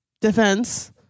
defense